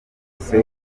kose